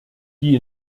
die